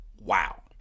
Wow